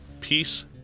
Peace